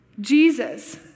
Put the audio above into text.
Jesus